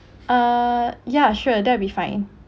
uh yeah sure that'll be fine